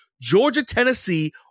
Georgia-Tennessee